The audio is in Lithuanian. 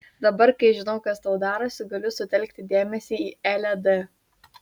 dabar kai žinau kas tau darosi galiu sutelkti dėmesį į elę d